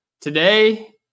today